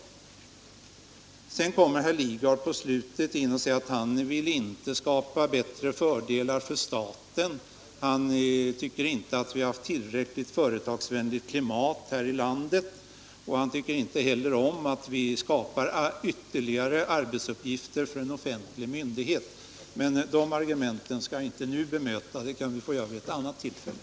Mot slutet av sitt anförande kom herr Lidgard till att han inte vill skapa fördelar för staten. Han tycker inte att vi har ett tillräckligt företagsvänligt klimat här i landet, och han tycker inte heller om att vi skapar ytterligare arbetsuppgifter för en offentlig myndighet. De argumenten skall jag emellertid inte bemöta nu, utan det kan anstå till ett annat tillfälle.